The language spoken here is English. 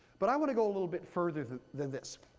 but i want to go a little bit further than this.